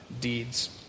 deeds